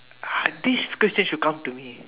ah this question should come to me